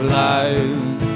lives